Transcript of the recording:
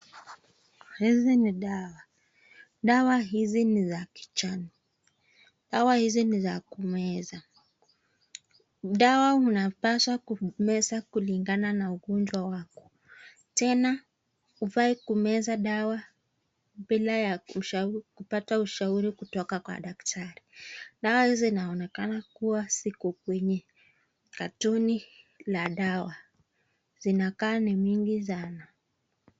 Hizi ni dawa. Dawa hizi ni za kichwani. Dawa hizi ni za kumeza. Dawa unapaswa kumeza kulingana na ugonjwa wako. Tena ufai kumeza dawa bila ya kupata ushauri kutoka kwa daktari. Dawa hizi zinaonekana kuwa ziko kwenye carton la dawa. Zinakaa ni mingi sana.